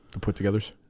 put-togethers